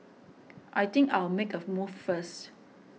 I think I'll make a move first